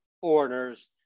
foreigners